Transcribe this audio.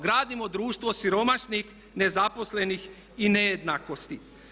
Gradimo društvo siromašnih, nezaposlenih i nejednakosti.